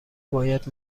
باید